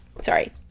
sorry